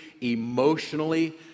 emotionally